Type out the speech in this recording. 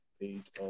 page